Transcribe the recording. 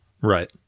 Right